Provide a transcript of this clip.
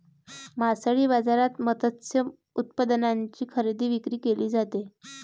मासळी बाजारात मत्स्य उत्पादनांची खरेदी विक्री केली जाते